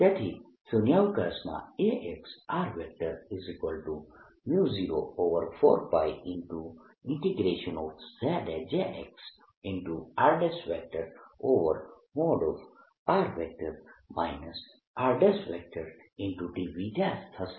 તેથી શૂન્યાવકાશમાં Axr04πJ xr|r r|dV હશે